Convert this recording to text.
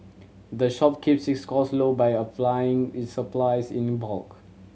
the shop keeps its cost low by a plan its supplies in bulk